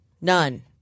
None